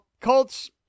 Colts